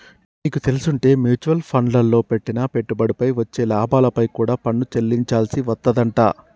నీకు తెల్సుంటే మ్యూచవల్ ఫండ్లల్లో పెట్టిన పెట్టుబడిపై వచ్చే లాభాలపై కూడా పన్ను చెల్లించాల్సి వత్తదంట